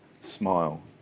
smile